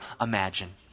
imagine